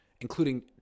including